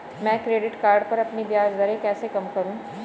मैं credit card पर अपनी ब्याज दरें कैसे कम करूँ?